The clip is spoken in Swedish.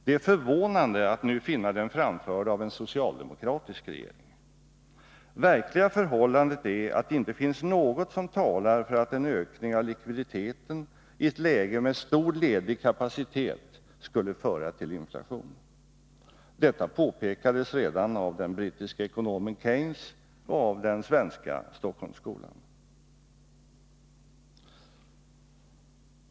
Det är förvånande att nu finna den framförd av en socialdemokratisk regering. Verkliga förhållandet är att det inte finns något som talar för att en ökning av likviditeten i ett läge med stor ledig kapacitet skulle föra till inflation. Detta påpekades redan av den brittiske ekonomen Keynes och av Stockholmsskolan.